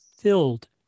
filled